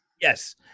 Yes